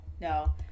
no